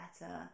better